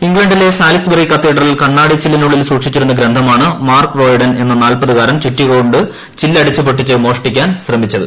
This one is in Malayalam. ഇംഗ്ളണ്ടിലെ സാലിസ്ബറി കത്തീഡ്രലിൽ കണ്ണാടി ചില്ലിനുള്ളിൽ സൂക്ഷിച്ചിരുന്ന ഗ്രന്ഥമാണ് മാർക്ക് റോയ്ഡൻ എന്ന നാല്പതുകാരൻ ചുറ്റിക കൊണ്ട് ചില്ല് അടിച്ചു പൊട്ടിച്ച് മോഷ്ടിക്കാൻ ശ്രമിച്ചത്